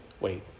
wait